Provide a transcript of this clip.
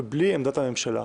מבלי עמדת הממשלה.